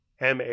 MA